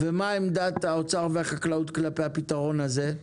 ומה עמדת האוצר והחקלאות כלפי הפתרון הזה?